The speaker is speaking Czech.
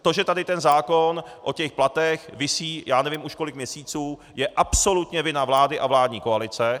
To, že tady ten zákon o těch platech visí já nevím už kolik měsíců, je absolutně vina vlády a vládní koalice.